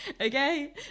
okay